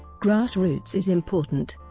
grass roots is important.